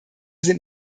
sind